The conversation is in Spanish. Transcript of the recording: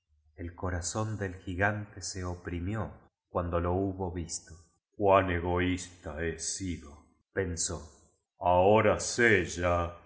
el corazón del gigante se oprimió cuando lo hubo visto cuán egoísta he sido pensó ahora sé